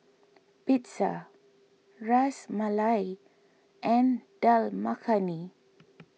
Pizza Ras Malai and Dal Makhani